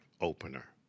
opener